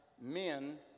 men